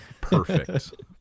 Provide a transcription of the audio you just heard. perfect